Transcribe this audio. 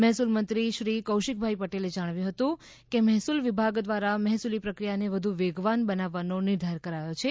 મહેસૂલ મંત્રીશ્રી કૌશિકભાઈ પટેલે જણાવ્યું હતું કે મહેસૂલ વિભાગ દ્વારા મહેસૂલી પ્રક્રિયાને વધુ વેગવાન બનાવવાનો નિર્ધાર કરાયો છે